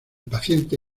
paciente